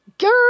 Girl